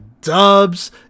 dubs